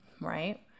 right